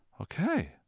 Okay